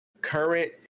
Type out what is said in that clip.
current